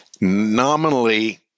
nominally